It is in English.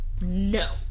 no